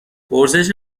پرسش